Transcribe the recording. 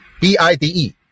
B-I-D-E